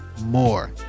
more